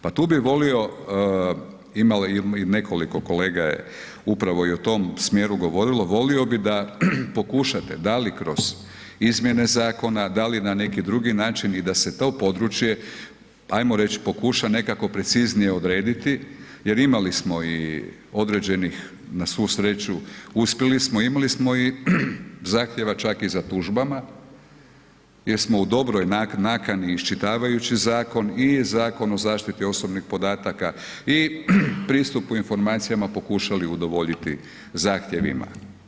Pa tu bi volio, imalo je i nekoliko kolega je upravo i o tom smjeru govorilo, volio bi da pokušate da li kroz izmjene zakona, da li na neki drugi način i da se to područje, ajmo reći pokuša nekako preciznije odrediti, jer imali smo i određenih na svu sreću uspjeli smo, imali smo zahtjeva čak i za tužbama, jer smo u dobroj nakani iščitavajući zakon i Zakon o zaštiti osobnih podataka i pristupu informacijama pokušali udovoljiti zahtjevima.